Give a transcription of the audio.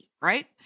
Right